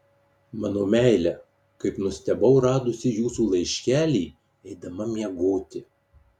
mano meile kaip nustebau radusi jūsų laiškelį eidama miegoti